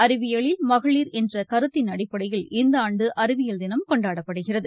அறிவியலில் மகளிட் என்ற கருத்தின் அடிப்படையில் இந்த ஆண்டு அறிவியல் தினம் கொண்டாடப்படுகிறது